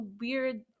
weird